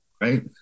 Right